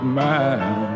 man